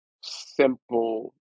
simple